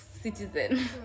citizen